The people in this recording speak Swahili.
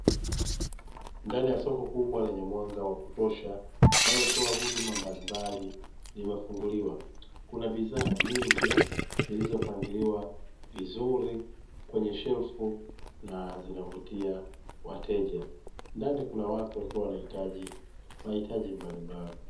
Ndani ya soko kubwa lenye mwanga wa kutosha linalotoa huduma mbalimbali limefunguliwa, kuna bidhaa nyingi zilizopangiliwa vizuri kwenye shelfu na zinavutia wateja. Ndani kuna watu wakiwa wanahitaji mahitaji mbalimbali.